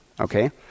Okay